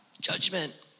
Judgment